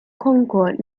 concord